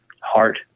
heart